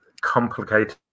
complicated